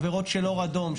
עבירות של אור אדום,